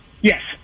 Yes